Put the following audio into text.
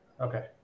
Okay